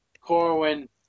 Corwin